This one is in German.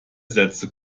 sätze